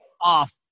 off